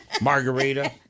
Margarita